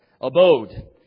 abode